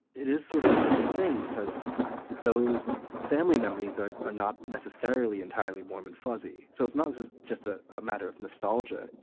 it is sort of a different thing, because those family memories are are not necessarily entirely warm and fuzzy. so it's not just just ah a matter of nostalgia,